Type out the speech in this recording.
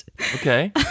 Okay